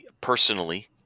personally